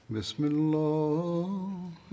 Bismillah